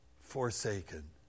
forsaken